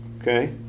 Okay